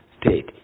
state